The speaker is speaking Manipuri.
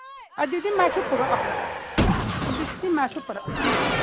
ꯑꯗꯨꯗꯤ ꯃꯥꯁꯨ ꯄꯨꯔꯛꯑꯣ ꯑꯗꯨꯗꯤ ꯃꯥꯁꯨ ꯄꯨꯔꯛꯑꯣ